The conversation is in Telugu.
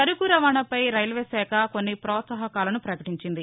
సరకు రవాణాపై రైల్వే శాఖ కొన్ని పోత్సాహకాలను పకటించింది